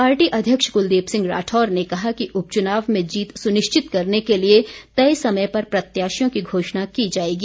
party अध्यक्ष कुलदीप सिंह राठौर ने कहा कि उपचुनाव में जीत सुनिश्चित करने के लिए तय समय पर प्रत्याशियों की घोषणा की जाएगी